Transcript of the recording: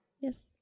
yes